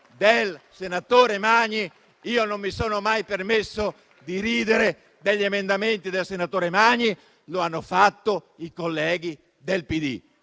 del senatore Magni. Io non mi sono mai permesso di ridere degli emendamenti del senatore Magni; lo hanno fatto i colleghi del PD.